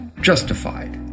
justified